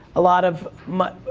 a lot of,